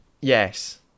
Yes